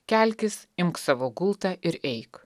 kelkis imk savo gultą ir eik